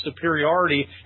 superiority